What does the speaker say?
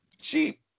cheap